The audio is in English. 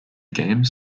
games